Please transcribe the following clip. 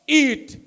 eat